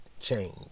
change